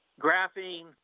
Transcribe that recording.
graphene